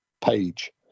page